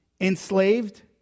enslaved